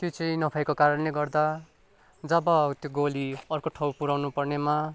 त्यो चाहिँ नभएको कारणले गर्दा जब त्यो गोली अर्को ठाउँ पुऱ्याउनु पर्नेमा